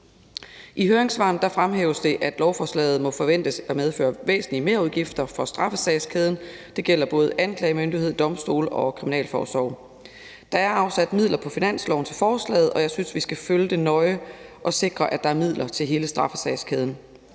I høringssvarene fremhæves det, at lovforslaget må forventes at medføre væsentlige merudgifter for straffesagskæden. Det gælder både anklagemyndighed, domstole og kriminalforsorgen. Der er afsat midler på finansloven til forslaget, og jeg synes, vi skal følge det nøje og sikre, at der er midler til hele straffesagskæden.